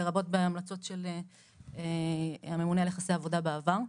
לרבות בהמלצות של הממונה על יחסי עבודה בעבר.